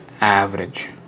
average